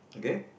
okay